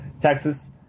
Texas